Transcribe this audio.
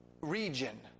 region